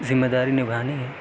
ذمہ داری نبھانی ہے